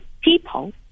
people